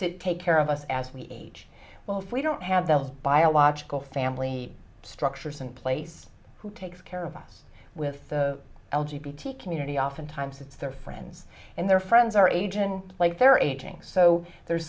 to take care of us as we age well if we don't have those biological family structures in place who takes care of us with l g b t community oftentimes it's their friends and their friends our age and like they're aging so there's